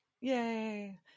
Yay